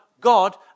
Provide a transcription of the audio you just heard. God